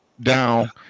down